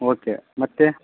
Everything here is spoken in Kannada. ಓಕೆ ಮತ್ತೆ